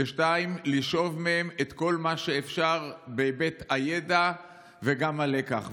2. לשאוב מהם את כל מה שאפשר בהיבט הידע וגם הלקח.